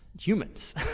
humans